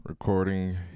Recording